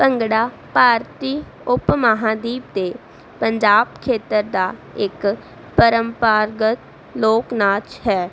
ਭੰਗੜਾ ਭਾਰਤੀ ਉਪ ਮਹਾਦੀਪ ਦੇ ਪੰਜਾਬ ਖੇਤਰ ਦਾ ਇੱਕ ਪ੍ਰੰਪਰਾਗਤ ਲੋਕ ਨਾਚ ਹੈ